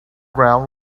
ground